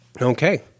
Okay